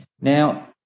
Now